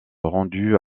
rendu